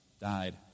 died